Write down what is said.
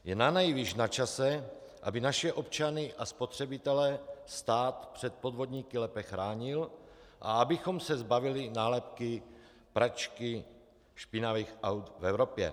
Je nanejvýš načase, aby naše občany a spotřebitele stát před podvodníky lépe chránil a abychom se zbavili nálepky pračky špinavých aut v Evropě.